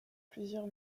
plusieurs